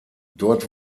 dort